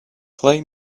play